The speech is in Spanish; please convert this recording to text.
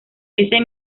ese